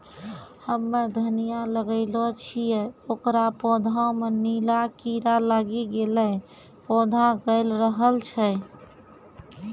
हम्मे धनिया लगैलो छियै ओकर पौधा मे नीला कीड़ा लागी गैलै पौधा गैलरहल छै?